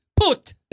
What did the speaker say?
Put